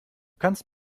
kannst